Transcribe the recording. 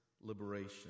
liberation